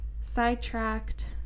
Sidetracked